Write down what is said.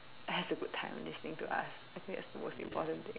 has a good time listening to us I think that's the most important thing